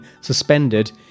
suspended